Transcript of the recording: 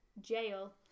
jail